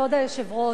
כבוד היושב-ראש.